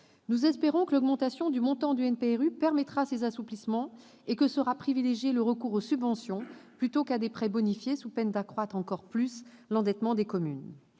Nous espérons que l'augmentation du montant du NPNRU permettra ces assouplissements et que sera privilégié le recours aux subventions plutôt qu'à des prêts bonifiés, sous peine d'accroître plus encore l'endettement des communes.